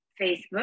Facebook